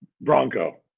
Bronco